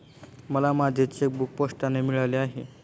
मला माझे चेकबूक पोस्टाने मिळाले आहे